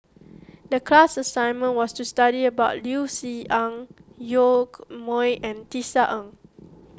the class assignment was to study about Liu Si Ang Yoke Mooi and Tisa Ng